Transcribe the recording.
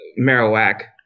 Marowak